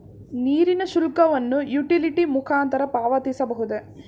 ನೀರಿನ ಶುಲ್ಕವನ್ನು ಯುಟಿಲಿಟಿ ಮುಖಾಂತರ ಪಾವತಿಸಬಹುದೇ?